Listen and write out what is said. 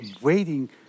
waiting